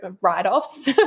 write-offs